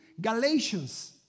Galatians